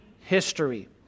History